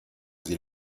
sie